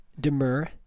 demur